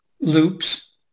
loops